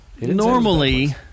normally